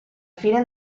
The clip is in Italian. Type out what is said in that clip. fine